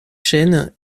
chêne